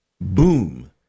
boom